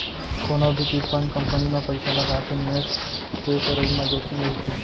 कोनो भी chit fund company म पइसा लगाके निवेस के करई म जोखिम रहिथे